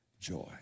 joy